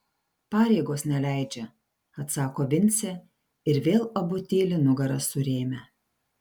pareigos neleidžia atsako vincė ir vėl abu tyli nugaras surėmę